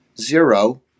zero